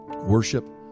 Worship